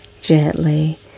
gently